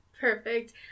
Perfect